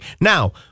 Now